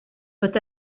peut